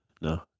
No